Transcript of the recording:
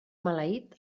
maleït